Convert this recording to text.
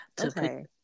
Okay